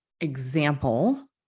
example